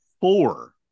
four